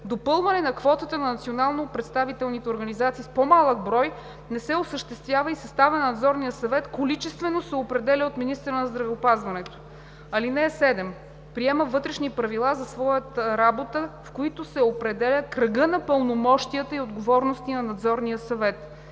допълване на квотата на национално представителните организации с по-малък брой не се осъществява и съставът на Надзорния съвет количествено се определя от министъра на здравеопазването. (7) Приема „Вътрешни правила“ за своята работа, в които се определя кръгът на пълномощия и отговорности на Надзорния съвет.